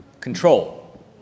control